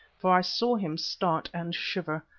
for i saw him start and shiver.